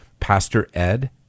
pastored